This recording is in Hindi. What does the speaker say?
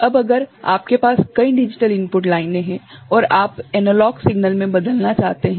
अब अगर आपके पास कई डिजिटल इनपुट लाइनें हैं और आप एनालॉग सिग्नल में बदलना चाहते हैं